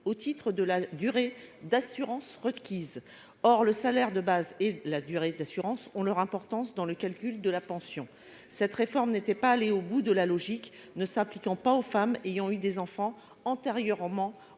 au titre de la durée d'assurance requise. Or le salaire de base et la durée d'assurance ont leur importance dans le calcul de la pension. Cette réforme n'était pas allée au bout de la logique, ne s'appliquant pas aux femmes ayant eu des enfants avant